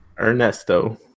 Ernesto